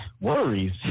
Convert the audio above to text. worries